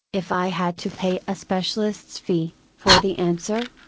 if i had to pay a specialist's fee, for the answer?